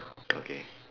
okay